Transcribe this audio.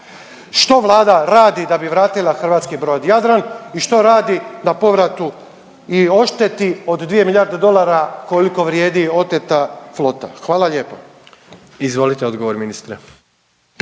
Što Vlada radi da bi vratila hrvatski brod Jadran i što radi na povratu i odšteti od dvije milijarde dolara koliko vrijedi oteta flota? Hvala lijepo. **Jandroković, Gordan